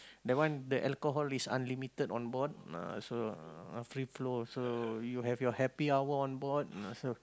that one the alcohol is unlimited on board uh so uh free flow also you have your happy hour on board uh so